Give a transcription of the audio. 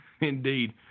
Indeed